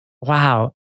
wow